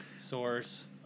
source